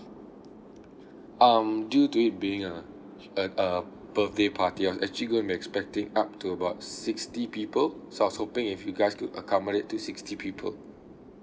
um due to it being a a a birthday party I was actually going to be expecting up to about sixty people so I was hoping if you guys could accommodate to sixty people